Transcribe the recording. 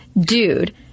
dude